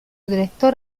director